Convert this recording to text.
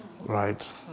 right